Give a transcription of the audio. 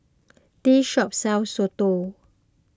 this shop sells Soto